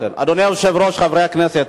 היושב-ראש, חברי הכנסת,